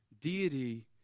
deity